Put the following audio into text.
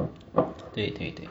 对对对